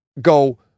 go